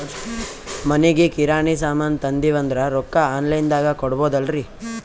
ಮನಿಗಿ ಕಿರಾಣಿ ಸಾಮಾನ ತಂದಿವಂದ್ರ ರೊಕ್ಕ ಆನ್ ಲೈನ್ ದಾಗ ಕೊಡ್ಬೋದಲ್ರಿ?